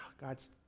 God's